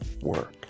work